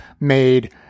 made